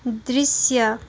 दृश्य